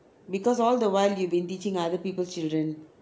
because all the while you've been teaching other people's children